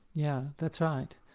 yeah, that's right.